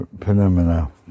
phenomena